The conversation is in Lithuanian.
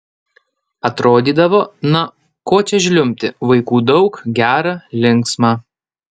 atrodydavo na ko čia žliumbti vaikų daug gera linksma